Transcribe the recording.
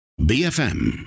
BFM